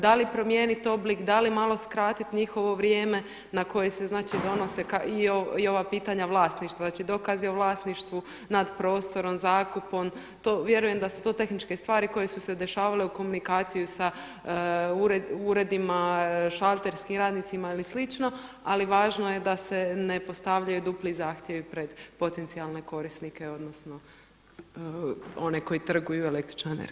Da li promijeniti oblik, da li malo skratiti njihovo vrijeme na koje se donose i ova pitanja vlasništva, znači dokaz je vlasništvu nad prostorom, zakupom, vjerujem da su to tehničke stvari koje su se dešavale u komunikaciji sa uredima, šalterskim radnicima ili slično, ali važno je da se ne postavljaju dupli zahtjevi pred potencijalne korisnike odnosno one koji trguju električnom energijom.